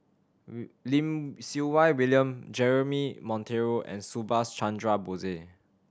Lim Siew Wai William Jeremy Monteiro and Subhas Chandra Bose